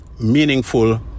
meaningful